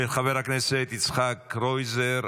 של חבר הכנסת יצחק קרויזר.